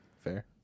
fair